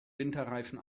winterreifen